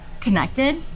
connected